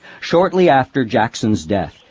shortly after jackson's death,